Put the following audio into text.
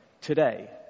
today